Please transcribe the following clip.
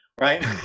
right